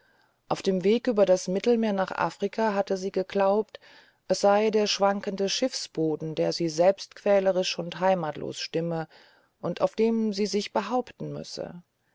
auf dem weg über das mittelmeer nach afrika hatte sie geglaubt es sei der schwankende schiffsboden der sie selbstquälerisch und heimatlos stimme und auf dem sie sich behaupten müsse